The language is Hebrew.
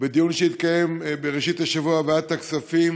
בדיון שהתקיים בראשית השבוע בוועדת הכספים